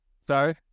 Sorry